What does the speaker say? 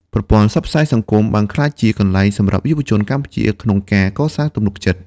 ប្រព័ន្ធផ្សព្វផ្សាយសង្គមបានក្លាយជាកន្លែងសម្រាប់យុវជនកម្ពុជាក្នុងការកសាងទំនុកចិត្ត។